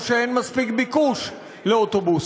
או שאין מספיק ביקוש לאוטובוסים.